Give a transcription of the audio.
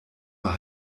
mal